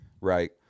right